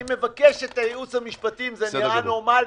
אני מבקש את הייעוץ אם זה נראה נורמלי.